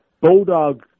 Bulldog